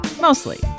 Mostly